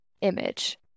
image